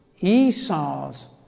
Esau's